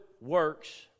works